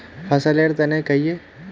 फसल लेर तने कहिए?